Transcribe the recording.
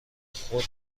خود